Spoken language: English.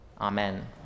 Amen